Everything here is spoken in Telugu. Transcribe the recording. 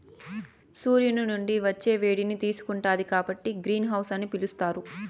సూర్యుని నుండి వచ్చే వేడిని తీసుకుంటాది కాబట్టి గ్రీన్ హౌస్ అని పిలుత్తారు